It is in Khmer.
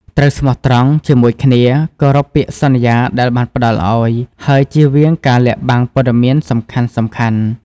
ត្រូវស្មោះត្រង់ ជាមួយគ្នា គោរពពាក្យសន្យាដែលបានផ្តល់ឱ្យ ហើយជៀសវាងការលាក់បាំងព័ត៌មានសំខាន់ៗ។